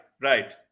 right